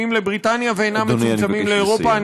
לבריטניה ואינם מצומצמים לאירופה.